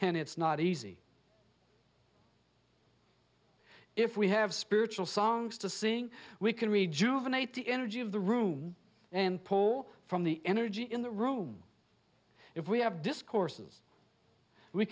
and it's not easy if we have spiritual songs to sing we can rejuvenate the energy of the room and pull from the energy in the room if we have discourses we